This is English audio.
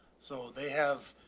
so they have,